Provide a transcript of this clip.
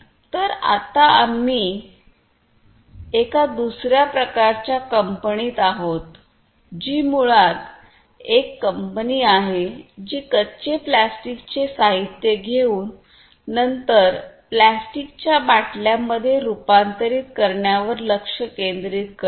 तर आत्ता आम्ही एका दुसर्या प्रकारच्या कंपनीत आहोत जी मुळात एक कंपनी आहे जी कच्चे प्लास्टिकचे साहित्य घेऊन नंतर प्लास्टिकच्या बाटल्यांमध्ये रुपांतरित करण्यावर लक्ष केंद्रित करते